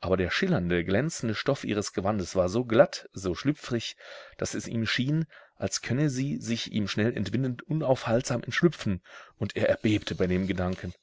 aber der schillernde glänzende stoff ihres gewandes war so glatt so schlüpfrig daß es ihm schien als könne sie sich ihm schnell entwindend unaufhaltsam entschlüpfen und er erbebte bei dem gedanken